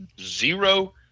zero